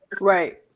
Right